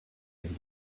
and